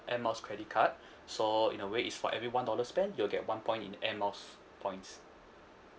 air miles credit card so in a way it's for every one dollar spent you'll get one point in air miles points